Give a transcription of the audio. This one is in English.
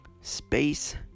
space